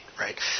right